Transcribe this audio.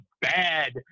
bad